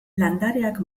landareak